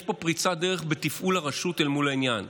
יש פה פריצת דרך בתפעול הרשות אל מול העניין.